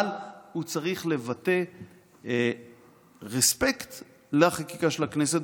--- אבל הוא צריך לבטא ריספקט לחקיקה של הכנסת.